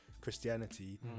Christianity